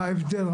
מה ההבדל,